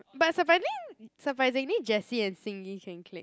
but surprising surprisingly Jessie and Xing-Yi can click